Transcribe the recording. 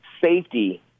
safety